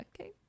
okay